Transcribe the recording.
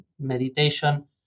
Meditation